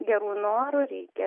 gerų norų reikia